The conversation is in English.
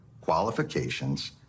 qualifications